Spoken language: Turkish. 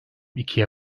ikiye